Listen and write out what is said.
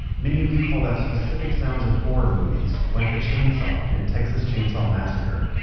many of you called out specific sounds in horror movies. like the chainsaw in texas chainsaw massacre,